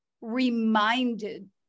reminded